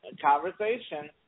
conversation